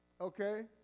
okay